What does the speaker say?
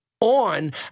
on